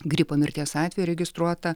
gripo mirties atvejų registruota